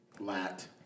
Lat